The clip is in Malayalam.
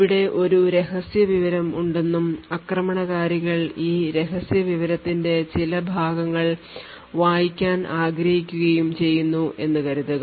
ഇവിടെ ഒരു രഹസ്യ വിവരം ഉണ്ടെന്നും ആക്രമണകാരികൾ ഈ രഹസ്യ വിവരത്തിന്റെ ചില ഭാഗങ്ങൾ വായിക്കാൻ ആഗ്രഹിക്കുകയും ചെയ്യുന്നു എന്ന് കരുതുക